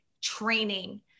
training